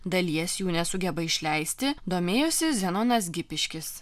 dalies jų nesugeba išleisti domėjosi zenonas gipiškis